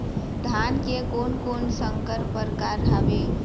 धान के कोन कोन संकर परकार हावे?